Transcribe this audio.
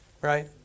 Right